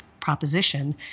proposition